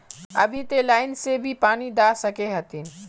अभी ते लाइन से भी पानी दा सके हथीन?